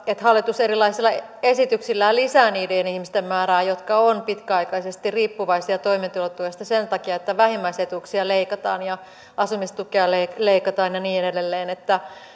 että hallitus erilaisilla esityksillään lisää niiden ihmisten määrää jotka ovat pitkäaikaisesti riippuvaisia toimeentulotuesta sen takia että vähim mäisetuuksia leikataan ja asumistukea leikataan ja niin edelleen